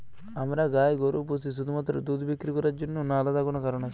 আমরা গাই গরু পুষি শুধুমাত্র দুধ বিক্রি করার জন্য না আলাদা কোনো কারণ আছে?